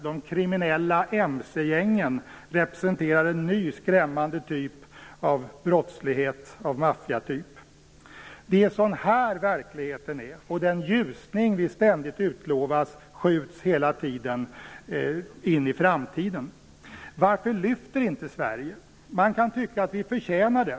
De kriminella mc-gängen representerar en ny skrämmande brottslighet av maffiatyp. Det är sådan verkligheten är. Den ljusning som vi ständigt utlovas skjuts hela tiden på framtiden. Varför lyfter inte Sverige? Man kan tycka att vi förtjänar det.